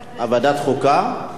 ועדת חוקה?